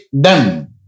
done